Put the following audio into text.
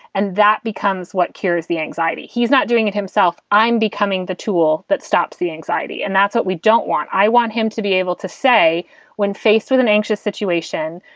and that becomes what is the anxiety? he's not doing it himself. i'm becoming the tool that stops the anxiety. and that's what we don't want. i want him to be able to say when faced with an anxious situation,